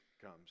comes